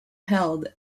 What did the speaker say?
held